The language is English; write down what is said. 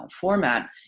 format